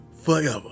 forever